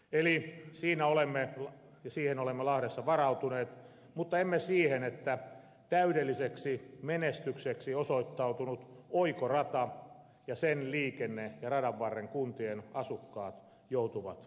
eli siihen olemme lahdessa varautuneet mutta emme siihen että täydelliseksi menestykseksi osoittautunut oikorata ja sen liikenne ja radanvarren kuntien asukkaat joutuvat kärsimään